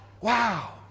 Wow